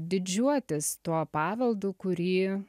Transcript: didžiuotis tuo paveldu kurį